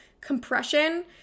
compression